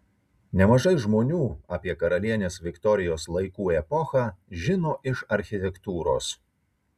nemažai žmonių apie karalienės viktorijos laikų epochą žino iš architektūros